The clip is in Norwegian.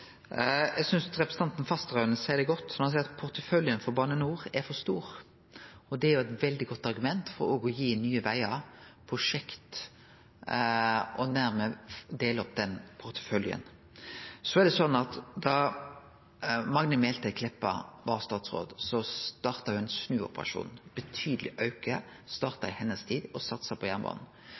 Eg synest representanten Fasteraune seier det godt når han seier at porteføljen for Bane NOR er for stor, og det er eit veldig godt argument for å gi Nye Vegar prosjekt og dermed dele opp den porteføljen. Da Magnhild Meltveit Kleppa var statsråd, starta ho ein snuoperasjon. Ein betydeleg auke starta i hennar tid, og ein satsa på jernbanen.